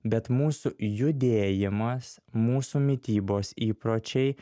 bet mūsų judėjimas mūsų mitybos įpročiai